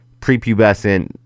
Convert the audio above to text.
prepubescent